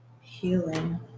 healing